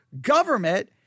government